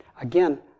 again